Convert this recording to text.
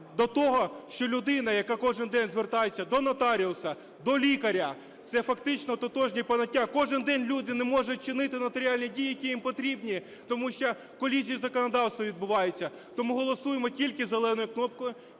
до того, що людина, яка кожен день звертається до нотаріуса, до лікаря, це фактично тотожні поняття, кожен день люди не можуть чинити нотаріальні дії, які їм потрібні, тому що колізії законодавства відбуваються. Тому голосуємо тільки зеленою кнопкою,